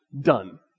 Done